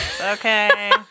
Okay